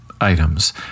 items